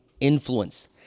influence